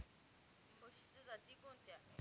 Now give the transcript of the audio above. म्हशीच्या जाती कोणत्या?